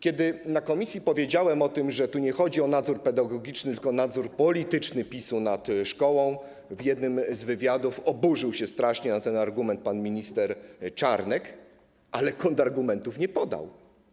Kiedy na posiedzeniu komisji powiedziałem o tym, że tu nie chodzi o nadzór pedagogiczny, tylko o nadzór polityczny PiS-u nad szkołą, w jednym z wywiadów oburzył się strasznie na ten argument pan minister Czarnek, ale kontrargumentów nie podał.